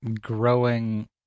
growing